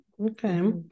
Okay